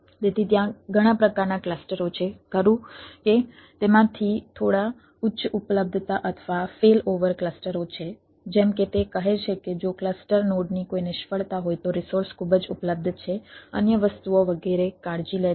તેથી ત્યાં ઘણા પ્રકારનાં ક્લસ્ટરો છે ખરું કે તેમાંથી થોડા ઉચ્ચ ઉપલબ્ધતા અથવા ફેલઓવર ક્લસ્ટર જેવી વસ્તુઓ છે